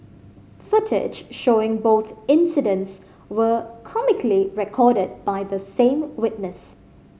footage showing both incidents were comically recorded by the same witness